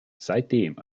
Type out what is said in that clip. seitdem